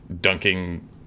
dunking